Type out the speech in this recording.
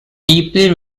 deeply